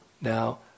Now